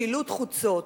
שילוט חוצות,